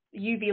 uv